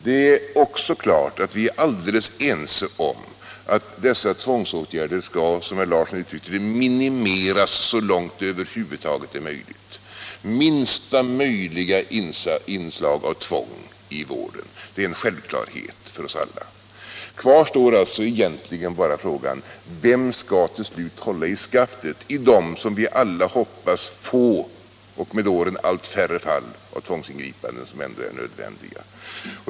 Det är också klart att vi är alldeles ense om att dessa tvångsåtgärder skall, som herr Larsson uttryckte det, minimeras så långt det över huvud taget är möjligt. Minsta möjliga inslag av tvång i vården — det är en självklarhet för oss alla. Kvar står alltså egentligen bara frågan: Vem skall till slut hålla i skaftet när det gäller de, som vi alla hoppas, få — och med åren allt färre — fall av tvångsingripande som ändå är nödvändiga?